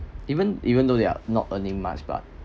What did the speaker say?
even even though they're not earning much but